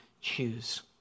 choose